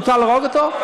מותר להרוג אותו?